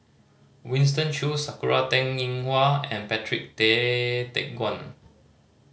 Winston Choos Sakura Teng Ying Hua and Patrick Tay Teck Guan